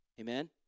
Amen